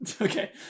Okay